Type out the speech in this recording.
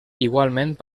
igualment